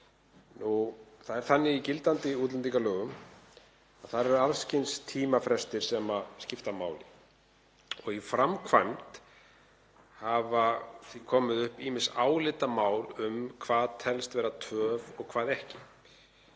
Það er þannig í gildandi útlendingalögum að þar eru alls kyns tímafrestir sem skipta máli. Í framkvæmd hafa komið upp ýmis álitamál um hvað telst vera töf og hvað ekki.